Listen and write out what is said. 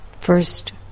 First